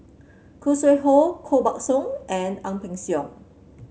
Khoo Sui Hoe Koh Buck Song and Ang Peng Siong